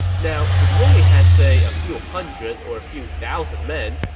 now, if you only had, say, a few hundred or a few thousand men,